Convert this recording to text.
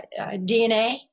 DNA